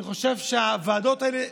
אני חושב שהוועדות האלה,